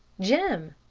jim,